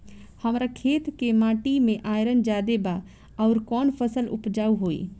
हमरा खेत के माटी मे आयरन जादे बा आउर कौन फसल उपजाऊ होइ?